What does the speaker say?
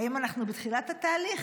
האם אנחנו בתחילת התהליך?